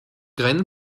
graine